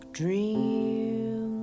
dream